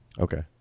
okay